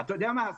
אתה יודע מה?